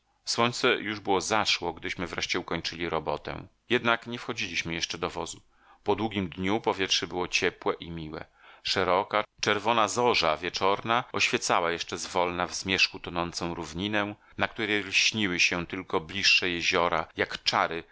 słońce już było zaszło gdyśmy wreszcie ukończyli robotę jednak nie wchodziliśmy jeszcze do wozu po długim dniu powietrze było ciepłe i miłe szeroka czerwona zorza wieczorna oświecała jeszcze z wolna w zmierzchu tonącą równinę na której lśniły się tylko bliższe jeziora jak czary